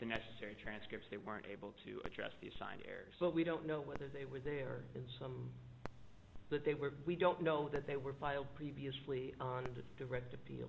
the necessary transcripts they weren't able to address the assigned errors but we don't know whether they were there and some that they were we don't know that they were filed previously on the direct appeal